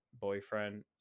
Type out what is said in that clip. boyfriend